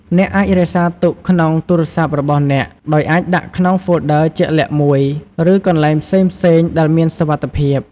អ្នកអាចរក្សាទុកក្នុងទូរស័ព្ទរបស់អ្នក ដោយអាចដាក់ក្នុងហ្វូលឌឺរជាក់លាក់មួយ ឬកន្លែងផ្សេងៗដែលមានសុវត្ថិភាព។